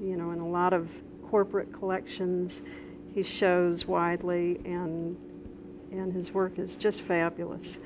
you know in a lot of corporate collections he shows widely and his work is just fabulous